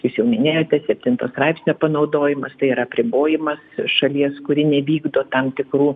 jūs jau minėjote septinto straipsnio panaudojimas tai yra apribojimas šalies kuri nevykdo tam tikrų